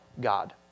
God